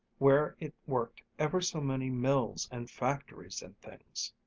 where it worked ever so many mills and factories and things.